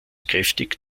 kräftig